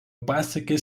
pasiekė